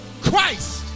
Christ